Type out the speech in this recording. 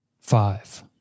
Five